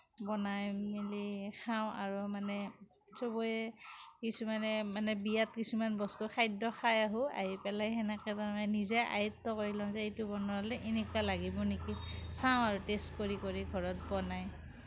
বনাই মেলি খাওঁ আৰু মানে সবেই কিছুমানে মানে বিয়াত কিছুমান বস্তু খাদ্য খাই আহোঁ আহি পেলাই সেনেকে মানে নিজে আয়ত্ত্ব কৰি লওঁ যে এইটো বনালে এনেকুৱা লাগিব নেকি চাওঁ আৰু টেষ্ট কৰি কৰি ঘৰত বনায়